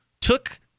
took